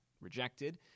rejected